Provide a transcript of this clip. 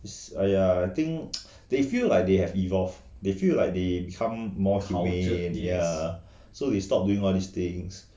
is !aiya! I think they feel like they have evolved they feel like they become more humane and ah so we stopped doing all these things